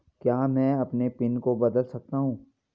क्या मैं अपने पिन को बदल सकता हूँ?